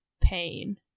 pain